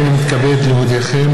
הינני מתכבד להודיעכם,